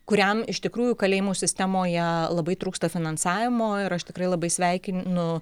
kuriam iš tikrųjų kalėjimų sistemoje labai trūksta finansavimo ir aš tikrai labai sveikinu